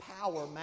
power